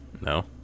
No